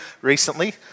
recently